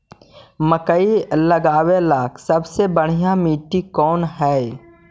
मकई लगावेला सबसे बढ़िया मिट्टी कौन हैइ?